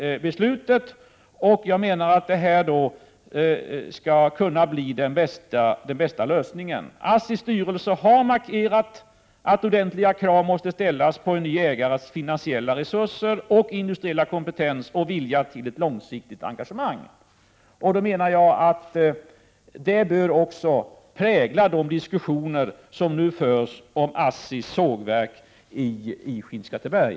Jag menar att detta skall kunna bli den bästa lösningen. ASSI:s styrelse har markerat att ordentliga krav måste ställas på en ny ägares finansiella resurser och industriella kompetens samt vilja till ett långsiktigt engagemang. Jag menar att det också bör prägla de diskussioner som nu förs om ASSI:s sågverk i Skinnskatteberg.